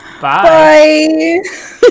Bye